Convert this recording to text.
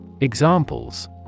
Examples